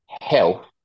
health